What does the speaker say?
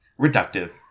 reductive